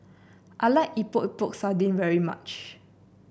I like Epok Epok Sardin very much